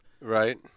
Right